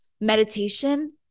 meditation